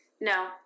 No